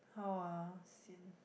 how ah sian